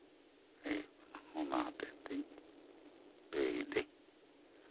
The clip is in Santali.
ᱮᱭ ᱚᱱᱟ ᱦᱚᱛᱮᱜ ᱛᱤᱧ ᱞᱟᱹᱭ ᱫᱟᱹᱧ